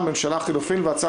יהדות התורה,